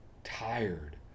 Tired